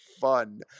fun